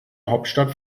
hauptstadt